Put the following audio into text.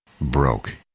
broke